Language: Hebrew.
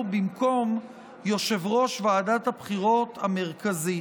במקום יושב-ראש ועדת הבחירות המרכזית.